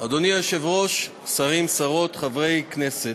אדוני היושב-ראש, שרים, שרות, חברי הכנסת,